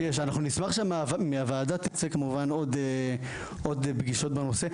אנחנו נשמח שמהוועדה שיהיו עוד פגישות בנושא.